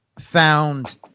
found